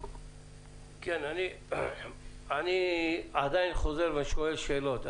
אני עדיין חוזר ושואל שאלות.